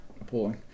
appalling